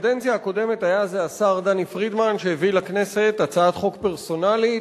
בקדנציה הקודמת היה זה השר דני פרידמן שהביא לכנסת הצעת חוק פרסונלית,